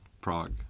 Prague